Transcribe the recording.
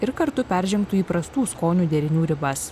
ir kartu peržengtų įprastų skonių derinių ribas